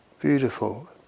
beautiful